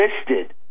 listed